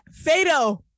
Fado